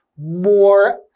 more